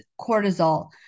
cortisol